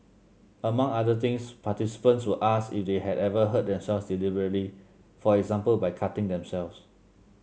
among other things participants were asked if they had ever hurt themselves deliberately for example by cutting themselves